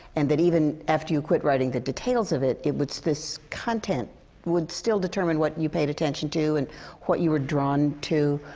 and that even after you quit writing the details of it, it was this content would still determine what you paid attention to, and what you were drawn to.